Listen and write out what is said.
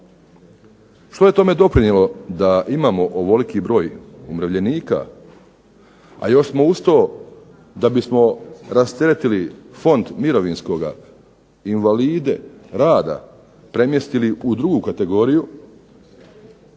Što je tome doprinijelo da imamo ovoliki broj umirovljenika, a još smo uz to da bismo rasteretili fond mirovinskoga, invalide rada premjestili u drugu kategoriju,